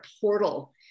portal